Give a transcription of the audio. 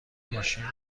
ماشین